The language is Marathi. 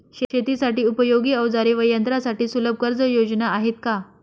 शेतीसाठी उपयोगी औजारे व यंत्रासाठी सुलभ कर्जयोजना आहेत का?